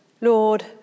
Lord